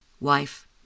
wife